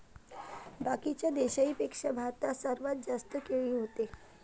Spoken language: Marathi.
बाकीच्या देशाइंपेक्षा भारतात सर्वात जास्त केळी व्हते